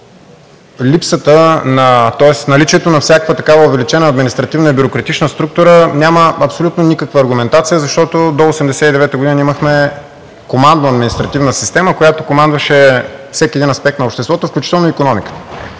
Същевременно наличието на всякаква такава увеличена административна и бюрократична структура няма абсолютно никаква аргументация, защото до 1989 г. ние имахме командно-административна система, която командваше всеки един аспект на обществото, включително и икономиката.